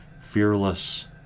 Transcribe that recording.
fearless